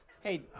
Hey